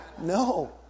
No